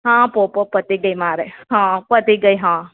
હા પો પો પતી ગઈ મારે હા પતી ગઈ હાં